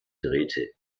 drehte